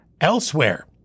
elsewhere